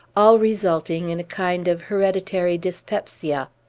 all resulting in a kind of hereditary dyspepsia.